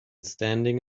standing